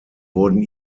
wurden